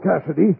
Cassidy